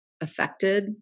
affected